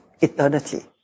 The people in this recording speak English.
eternity